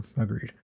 Agreed